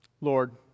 Lord